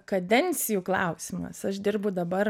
kadencijų klausimas aš dirbu dabar